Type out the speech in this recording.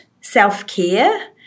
self-care